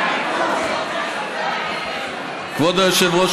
כבוד היושב-ראש,